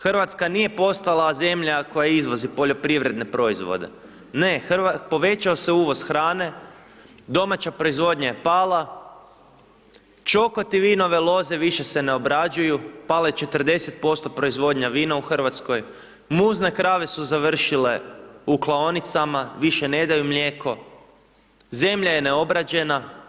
Hrvatska nije postala zemlja koja izvozi poljoprivredne proizvode, ne povećao se uvoz hrane, domaća proizvodnja je pala, čokoti vinove loze više se ne obrađuju, pala je 40% proizvodnja vina u Hrvatskoj, muzne krave su završile u klaonicama više ne daju mlijeko, zemlja je neobrađena.